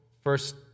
First